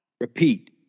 repeat